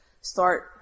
start